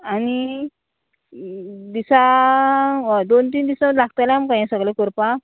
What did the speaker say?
आनी दिसा होय दोन तीन दिस लागतले आमकां हें सगळें करपाक